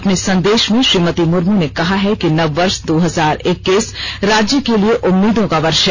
अपने संदेश में श्रीमती मुर्म ने कहा है कि नववर्ष दो हजार इक्कीस राज्य के लिए उम्मीदों का वर्ष है